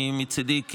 מצידי,